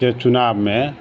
के चुनावमे